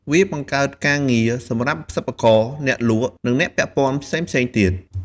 វាបង្កើតការងារសម្រាប់សិប្បករ អ្នកលក់ និងអ្នកពាក់ព័ន្ធផ្សេងៗទៀត។